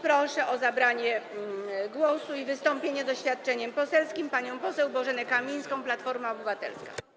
Proszę o zabranie głosu i wystąpienie z oświadczeniem poselskim panią poseł Bożenę Kamińską, Platforma Obywatelska.